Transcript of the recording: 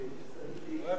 כבוד